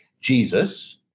Jesus